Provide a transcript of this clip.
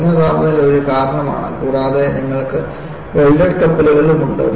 കുറഞ്ഞ താപനില ഒരു കാരണമാണ് കൂടാതെ നിങ്ങൾക്ക് വെൽഡഡ് കപ്പലുകളും ഉണ്ട്